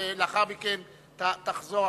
ולאחר מכן תחזור,